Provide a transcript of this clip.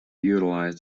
utilized